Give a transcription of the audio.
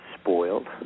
spoiled